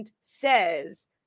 says